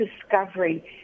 discovery